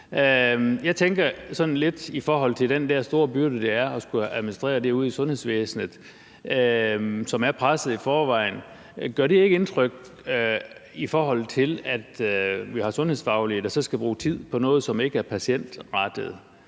Jeg tænker på, om det i forhold til den der store byrde, det er at skulle administrere det ude i sundhedsvæsenet, som er presset i forvejen, ikke gør indtryk, med tanke på at vi har sundhedsfagligt personale, der så skal bruge tid på noget, som ikke er patientrettet.